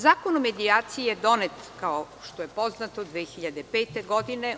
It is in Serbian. Zakon o medijaciji je donet, kao što je poznato, 2005. godine.